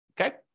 okay